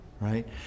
right